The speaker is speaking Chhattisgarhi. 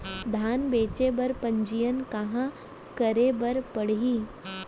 धान बेचे बर पंजीयन कहाँ करे बर पड़ही?